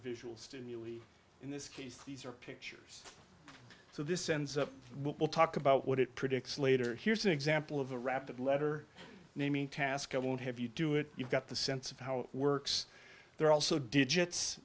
visual stimuli in this case these are pictures so this ends up we'll talk about what it predicts later here's an example of a rapid letter naming task i won't have you do it you got the sense of how it works there are also digits